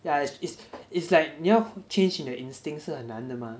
yeah it is it's like 你要 change 你的 instinct 是很难的 mah